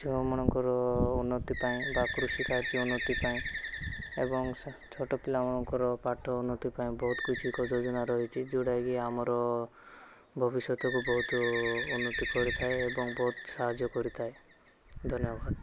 ଝିଅମାନଙ୍କର ଉନ୍ନତି ପାଇଁ ବା କୃଷିକାର୍ଯ୍ୟ ଉନ୍ନତି ପାଇଁ ଏବଂ ଛୋଟ ପିଲାମାନଙ୍କର ପାଠ ଉନ୍ନତି ପାଇଁ ବହୁତ କିଛି କ ଯୋଜନା ରହିଛି ଯେଉଁଟାକି ଆମର ଭବିଷ୍ୟତକୁ ବହୁତ ଉନ୍ନତି କରିଥାଏ ଏବଂ ବହୁତ ସାହାଯ୍ୟ କରିଥାଏ ଧନ୍ୟ ବାଦ